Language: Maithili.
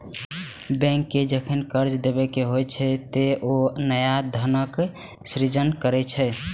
बैंक कें जखन कर्ज देबाक होइ छै, ते ओ नया धनक सृजन करै छै